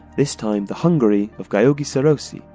this time the hungary of gyorgy sarosi,